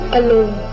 alone